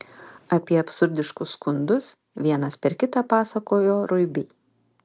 apie absurdiškus skundus vienas per kitą pasakojo ruibiai